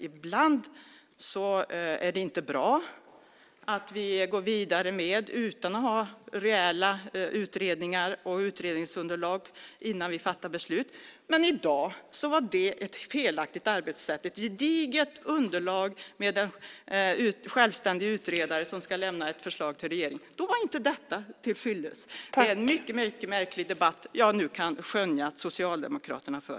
Ibland är det inte bra att vi går vidare utan att ha reella utredningar och utredningsunderlag innan vi fattar beslut. Men i dag var det ett felaktigt arbetssätt med ett gediget underlag med en självständig utredare som ska lämna ett förslag till regeringen. Detta var inte tillfyllest. Det är en mycket märklig debatt jag nu kan skönja att Socialdemokraterna för.